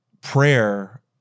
prayer